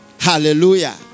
Hallelujah